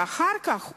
ואחר כך,